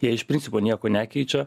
jie iš principo nieko nekeičia